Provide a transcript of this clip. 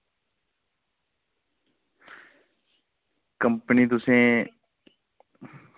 company तुसें